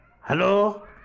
hello